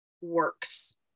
works